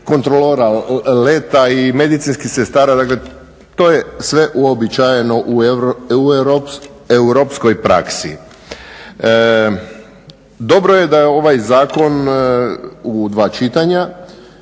kontrolora leta i medicinskih sestara, dakle to je sve uobičajeno u europskoj praksi. Dobro je da je ovaj zakon u dva čitanja,